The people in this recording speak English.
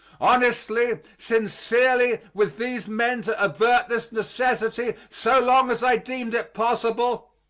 honestly, sincerely, with these men to avert this necessity so long as i deemed it possible,